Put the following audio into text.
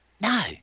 No